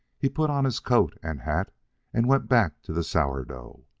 he put on his coat and hat and went back to the sourdough.